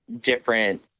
different